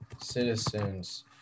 citizens